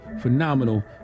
phenomenal